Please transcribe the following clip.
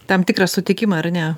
tam tikrą sutikimą ar ne